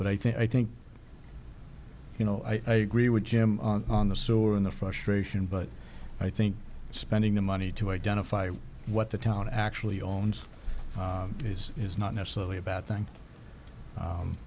but i think i think you know i agree with jim on the saw in the frustration but i think spending the money to identify what the town actually owns is is not necessarily a bad